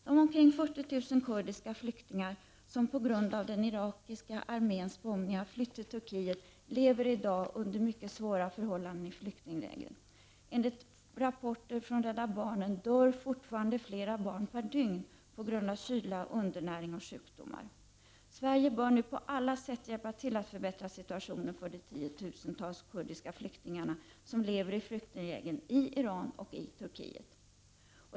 De omkring 40 000 kurdiska flyktingar som på grund av den irakiska arméns bombningar har flytt till Turkiet lever i dag under mycket svåra förhållanden i flyktinglägren. Enligt rapporter från Rädda barnen dör fortfarande flera barn per dygn på grund av kyla, undernäring och sjukdomar. Sverige bör nu på alla sätt hjälpa till att förbättra situationen för de tiotusentals kurdiska flyktingar som lever i flyktinglägren i Iran och Turkiet.